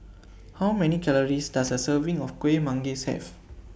How Many Calories Does A Serving of Kuih Manggis Have